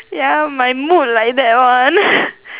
ya my mood like that [one]